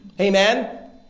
Amen